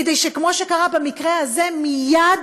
כדי שבמקרים כמו במקרה הזה מייד